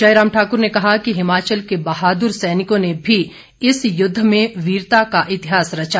जयराम ठाकुर ने कहा कि हिमाचल के बहादुर सैनिकों ने भी इस युद्ध में वीरता का इतिहास रचा